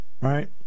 right